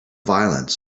violence